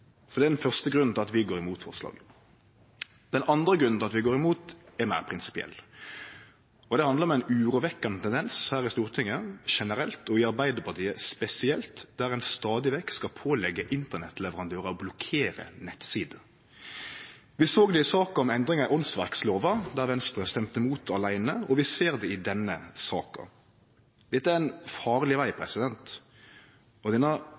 det er den første grunnen til at vi går imot forslaget. Den andre grunnen til at vi går imot, er meir prinsipiell. Det handlar om ein urovekkande tendens i Stortinget generelt, og i Arbeidarpartiet spesielt, til at ein stadig vekk skal påleggje Internett-leverandørar å blokkere nettsider. Vi såg det i saka om endringar i åndsverklova, der Venstre stemde imot åleine, og vi ser det i denne saka. Dette er ein farleg veg, og denne